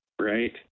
right